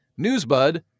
Newsbud